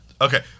okay